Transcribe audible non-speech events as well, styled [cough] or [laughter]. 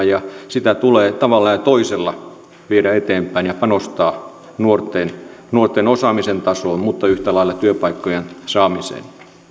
[unintelligible] ja sitä tulee tavalla ja toisella viedä eteenpäin ja panostaa nuorten nuorten osaamisen tasoon mutta yhtä lailla työpaikkojen saamiseen